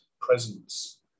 presence